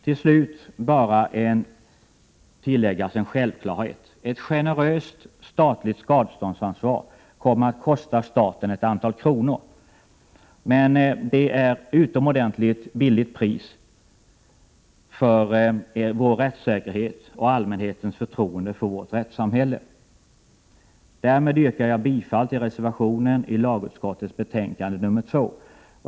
Till slut behöver bara tilläggas en självklarhet. Ett generöst statligt skadeståndsansvar kommer att kosta staten ett antal kronor, men det är ett utomordentligt billigt pris för vår rättssäkerhet och allmänhetens förtroende för vårt rättssamhälle. Därmed yrkar jag bifall till reservationen i lagutskottets betänkande nr 2.